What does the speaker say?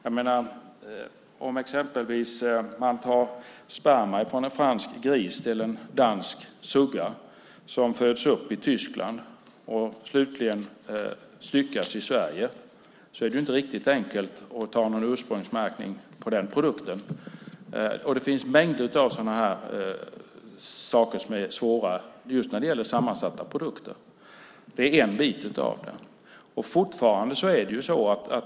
Tar man exempelvis sperma från en fransk gris till en dansk sugga som föds upp i Tyskland och slutligen styckas i Sverige är det inte riktigt enkelt att göra en ursprungsmärkning på den produkten. Det finns mängder av sådana svårigheter just när det gäller sammansatta produkter. Det är en bit av det.